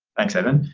thanks evan.